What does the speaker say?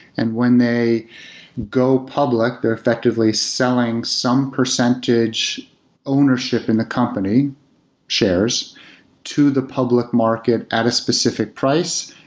and when they go public, they're effectively selling some percentage ownership in the company shares to the public market at a specific price.